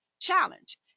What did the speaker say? challenge